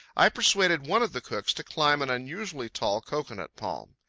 i persuaded one of the cooks to climb an unusually tall cocoanut palm.